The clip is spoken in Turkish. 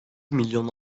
milyon